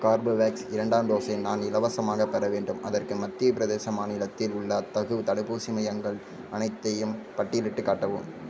Corbevax இரண்டாம் டோஸை நான் இலவசமாக பெற வேண்டும் அதற்கு மத்திய பிரதேசம் மாநிலத்தில் உள்ள அத்தகு தடுப்பூசி மையங்கள் அனைத்தையும் பட்டியலிட்டுக் காட்டவும்